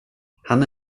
han